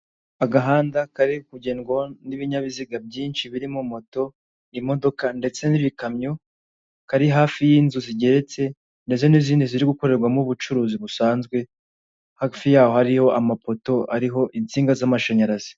Agahanda kari kugendwaho n'ibinyabiziga byinshi birimo: moto n'imodoka ndetse n'ibikamyo, kari hafi y'inzu zigeretse ndetse n'izindi ziri gukorerwamo ubucuruzi busanzwe, hafi yaho hariho amapoto ariho insinga z'amashanyarazi.